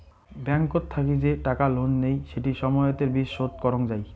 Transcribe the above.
ব্যাংকত থাকি যে টাকা লোন নেই সেটি সময়তের বিচ শোধ করং যাই